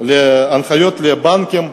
הנחיות לבנקים.